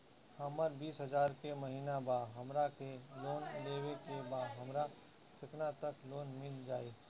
हमर बिस हजार के महिना बा हमरा के लोन लेबे के बा हमरा केतना तक लोन मिल जाई?